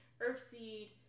Earthseed